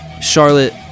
Charlotte